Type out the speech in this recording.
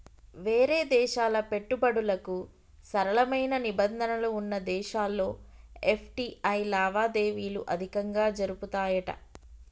వేరే దేశాల పెట్టుబడులకు సరళమైన నిబంధనలు వున్న దేశాల్లో ఎఫ్.టి.ఐ లావాదేవీలు అధికంగా జరుపుతాయట